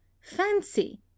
fancy